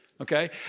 okay